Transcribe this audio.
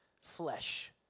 Flesh